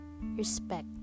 respect